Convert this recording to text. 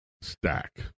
stack